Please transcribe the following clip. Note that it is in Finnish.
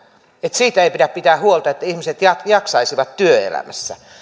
että siitä ei pidä pitää huolta että ihmiset jaksaisivat työelämässä